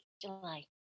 July